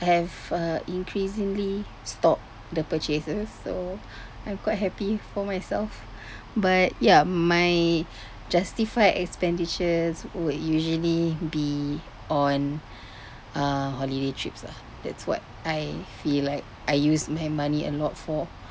I have uh increasingly stopped the purchases so I'm quite happy for myself but ya my justified expenditures would usually be on uh holiday trips ah that's what I feel like I use my money a lot for